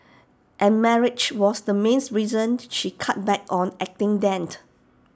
and marriage was the reason she cut back on acting then